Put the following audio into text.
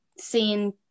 seen